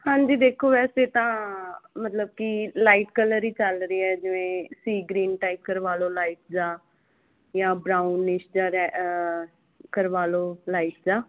ਹਾਂਜੀ ਦੇਖੋ ਵੈਸੇ ਤਾਂ ਮਤਲਬ ਕਿ ਲਾਈਟ ਕਲਰ ਹੀ ਚੱਲ ਰਿਹਾ ਜਿਵੇਂ ਸੀ ਗਰੀਨ ਟਾਈਪ ਕਰਵਾ ਲਓ ਲਾਈਟ ਜਾਂ ਜਾਂ ਬਰਾਉਨ ਨਿਸਟਰ ਕਰਵਾ ਲਓ ਲਾਈਟ ਦਾ